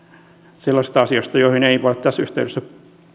sellaisista asioista joihin ei voi tässä yhteydessä